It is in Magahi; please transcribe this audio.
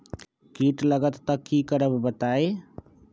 कीट लगत त क करब बताई?